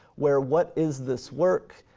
where what is this work?